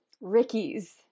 Ricky's